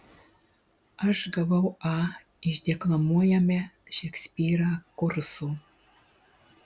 aš gavau a iš deklamuojame šekspyrą kurso